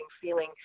feeling